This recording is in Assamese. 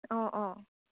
অঁ অঁ